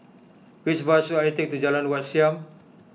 which bus should I take to Jalan Wat Siam